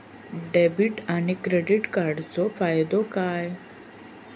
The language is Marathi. डेबिट आणि क्रेडिट कार्डचो फायदो काय?